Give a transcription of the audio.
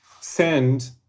send